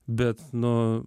bet nu